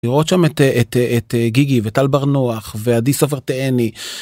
לראות שם את גיגי ואת טל ברנוח ועדי סופר-תאני.